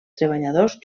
treballadors